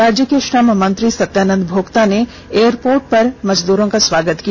राज्य के श्रम मंत्री सत्यानंद भोक्ता ने एयरपोर्ट पर मजदूरो का स्वागत किया